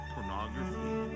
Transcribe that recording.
pornography